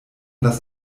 das